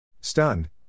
Stunned